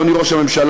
אדוני ראש הממשלה,